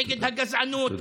-- נגד הגזענות -- תודה.